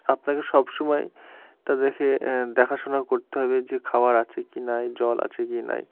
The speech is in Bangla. আপনাকে সবসময় তাদেরকে দেখাশোনা করতে হবে যে খাবার আছে কি নেই জল আছে কি নেই